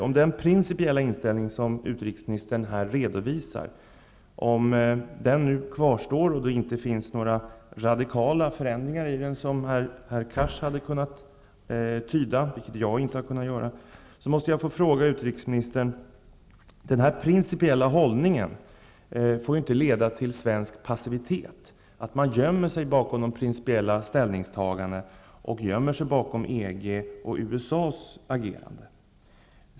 Om den principiella inställning som utrikesministern här redovisar kvarstår och om det inte finns några radikala förändringar i den -- som herr Cars, men inte jag har kunnat uttyda -- måste jag ställa en fråga till utrikesministern. Denna principiella hållning får ju inte leda till svensk passivitet, till att man gömmer sig bakom de officiella ställningstagandena och bakom EG:s och USA:s agerande.